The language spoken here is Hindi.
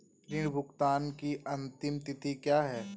ऋण भुगतान की अंतिम तिथि क्या है?